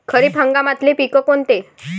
खरीप हंगामातले पिकं कोनते?